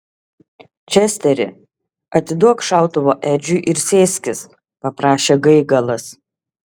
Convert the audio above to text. česteri atiduok šautuvą edžiui ir sėskis paprašė gaigalas